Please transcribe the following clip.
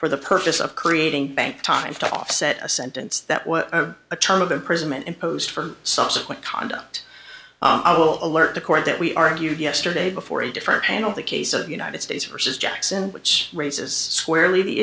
for the purpose of creating bank time to offset a sentence that was a term of imprisonment imposed for subsequent conduct i will alert the court that we argued yesterday before a different handle the case of united states versus jackson which raises squarely the